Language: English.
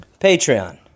Patreon